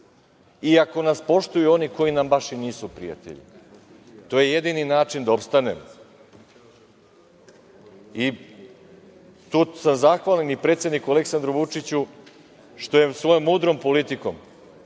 ako nas poštuju oni koji nam baš i nisu prijatelji. To je jedini način da opstanemo. Tu da zahvalim i predsedniku Aleksandru Vučiću što je svojom mudrom politikom